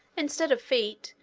instead of feet,